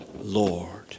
Lord